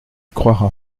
croira